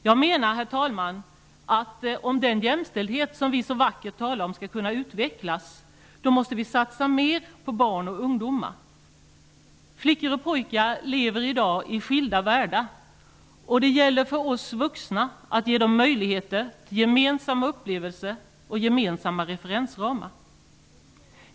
Jag menar att om den jämställdhet som vi så vackert talar om skall kunna utvecklas, måste vi satsa mer på barn och ungdomar. Flickor och pojkar lever i dag i skilda världar. Det gäller för oss vuxna att ge dem möjlighet till gemensamma upplevelser och gemensamma referensramar.